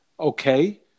okay